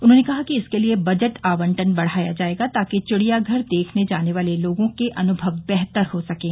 उन्होंने कहा कि इसके लिए बजट आवंटन बढ़ाया जाएगा ताकि चिड़ियाघर देखने जाने वाले लोगों के अनुभव बेहतर हो सकें